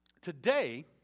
Today